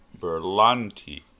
Berlanti